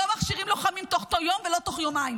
לא מכשירים לוחמים תוך יום ולא תוך יומיים,